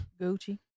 Gucci